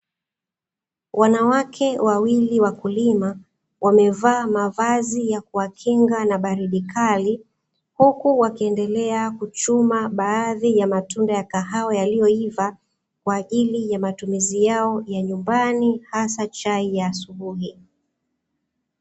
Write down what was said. Wanawake wawili wakulima wamevaa mavazi ya kuwakinga na baridi kali, huku wakiendelea kuchuma baadhi ya matunda ya kahawa yaliyoiva kwa ajili ya matumizi yao ya nyumbani, hasa chai ya asubuhi.